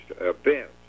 events